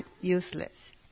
useless